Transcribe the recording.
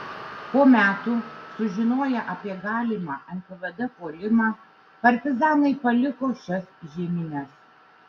po metų sužinoję apie galimą nkvd puolimą partizanai paliko šias žiemines